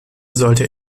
sollte